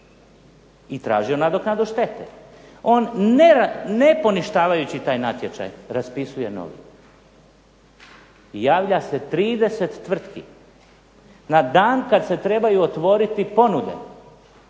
i tražio nadoknadu štete. On ne poništavajući taj natječaj raspisuje novi i javlja se 30 tvrtki. Na dan kad se trebaju otvoriti ponude